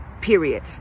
period